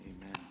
Amen